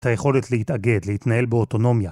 ‫את היכולת להתאגד, להתנהל באוטונומיה.